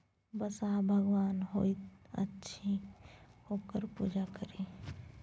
बसहा भगवान होइत अछि ओकर पूजा करी